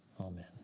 amen